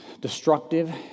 destructive